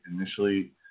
initially